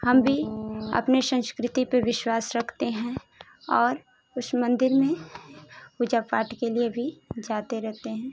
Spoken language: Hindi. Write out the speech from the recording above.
हम भी अपने संस्कृति पर विश्वास रखते हैं और उस मंदिर में पूजा पाठ के लिए भी जाते रहते हैं